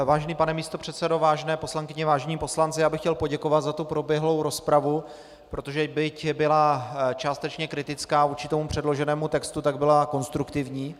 Vážený pane místopředsedo, vážené poslankyně, vážení poslanci, já bych chtěl poděkovat za proběhlou rozpravu, protože byť byla částečně kritická vůči předloženému textu, tak byla konstruktivní.